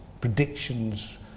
predictions